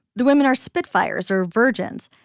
the women are spitfires or virgins.